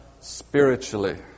spiritually